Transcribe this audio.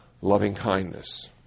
loving-kindness